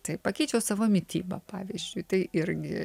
tai pakeičiau savo mitybą pavyzdžiui tai irgi